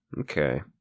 Okay